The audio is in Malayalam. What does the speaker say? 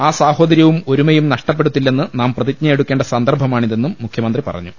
ആ സാഹോദര്യവും ഒരുമയും നഷ്ടപ്പെടുത്തില്ലെന്ന് നാം പ്രതിജ്ഞ എടുക്കേണ്ട സന്ദർഭമാണിതെന്നും മുഖ്യമന്ത്രി പറഞ്ഞു